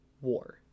war